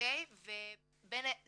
זה